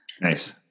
Nice